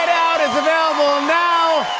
out is available now.